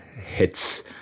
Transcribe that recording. hits